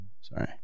Sorry